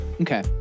Okay